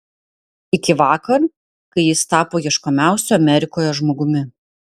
iki vakar kai jis tapo ieškomiausiu amerikoje žmogumi